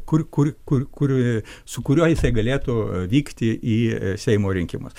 kur kur kur su kuriuo jisai galėtų vykti į seimo rinkimus